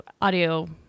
audio